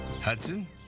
Hudson